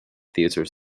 theatre